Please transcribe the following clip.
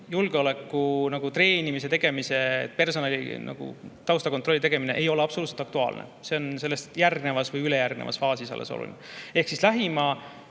julgeoleku treenimise ja personali taustakontrolli tegemine absoluutselt aktuaalne. See on järgnevas või ülejärgnevas faasis alles oluline. Ehk siis lähima